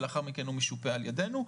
ולאחר מכן הוא משופה על ידינו.